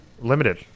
limited